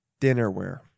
Dinnerware